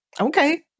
Okay